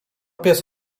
pies